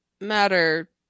Matter